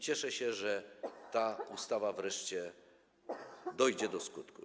Cieszę się, że ta ustawa wreszcie dojdzie do skutku.